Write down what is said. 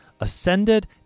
ascended